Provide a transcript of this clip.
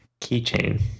keychain